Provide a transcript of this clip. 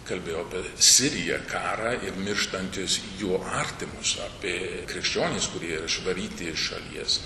kalbėjo apie siriją karą ir mirštantys jų artimus apie krikščionis kurie yra išvaryti iš šalies